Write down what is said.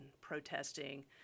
protesting